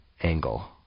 angle